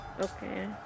Okay